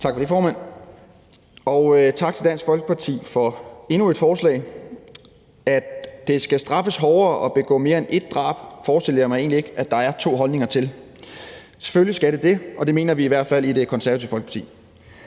Tak for det, formand. Og tak til Dansk Folkeparti for endnu et forslag. At det skal straffes hårdere at begå mere end ét drab, forestillede jeg mig egentlig ikke der er to holdninger til. Selvfølgelig skal det det, og det mener vi i hvert fald i Det Konservative Folkeparti.